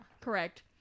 Correct